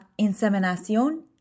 inseminación